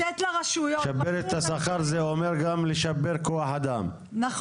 לשפר את השכר זה אומר גם לשפר כוח אדם,